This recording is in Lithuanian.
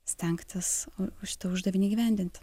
stengtis už šitą uždavinį įgyvendinti